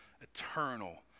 eternal